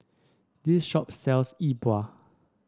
this shop sells Yi Bua